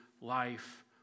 life